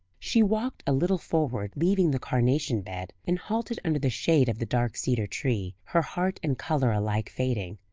she walked a little forward, leaving the carnation bed, and halted under the shade of the dark cedar tree, her heart and colour alike fading.